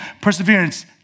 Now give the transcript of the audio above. perseverance